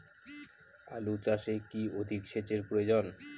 আলু চাষে কি অধিক সেচের প্রয়োজন?